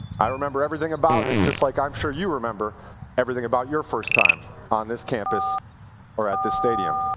i remember everything about it, just like i am sure you remember everything about your first time on this campus or at this stadium.